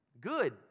Good